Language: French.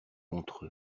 contre